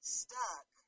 stuck